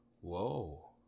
Whoa